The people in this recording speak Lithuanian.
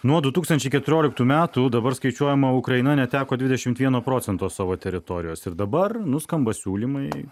nuo du tūkstančiai keturioliktų metų dabar skaičiuojama ukraina neteko dvidešimt vieno procento savo teritorijos ir dabar nuskamba siūlymai